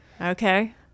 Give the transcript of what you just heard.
Okay